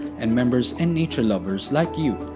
and members and nature-lovers like you,